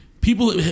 People